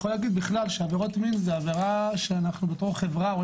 אני יכול להגיד שעבירות מין זו עבירה שאנחנו בתור חברה.